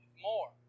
more